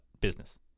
business